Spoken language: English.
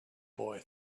boy